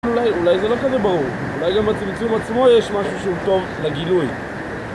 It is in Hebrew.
אולי זה לא כזה ברור, אולי גם בצמצום עצמו יש משהו שהוא טוב לגילוי